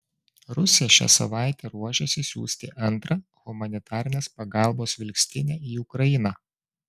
rusija šią savaitę ruošiasi siųsti antrą humanitarinės pagalbos vilkstinę į ukrainą